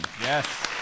Yes